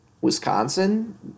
Wisconsin